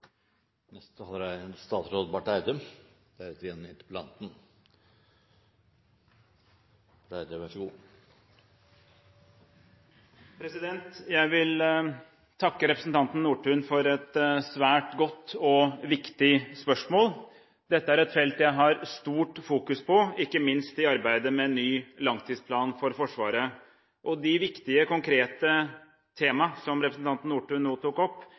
i fremtiden. Jeg vil takke representanten Nordtun for et svært godt og viktig spørsmål. Dette er et felt jeg har stort fokus på, ikke minst i arbeidet med ny langtidsplan for Forsvaret. De viktige konkrete temaene som representanten Nordtun nå tok opp,